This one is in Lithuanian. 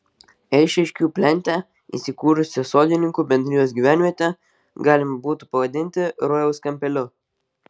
eišiškių plente įsikūrusią sodininkų bendrijos gyvenvietę galima būtų pavadinti rojaus kampeliu